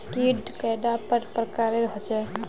कीट कैडा पर प्रकारेर होचे?